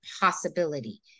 possibility